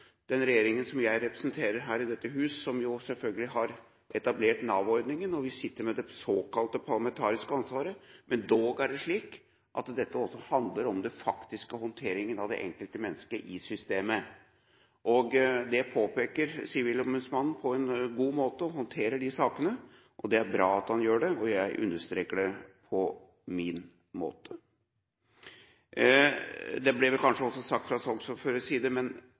den regjeringen som jeg representerer her i dette hus, som selvfølgelig har etablert Nav-ordningen. Vi sitter med det såkalte parlamentariske ansvaret, men dog er det slik at dette også handler om den faktiske håndteringen av det enkelte menneske i systemet. Det påpeker Sivilombudsmannen på en god måte og håndterer de sakene. Det er bra at han gjør det, og jeg understreker det på min måte. Det ble vel kanskje også sagt fra saksordførerens side, men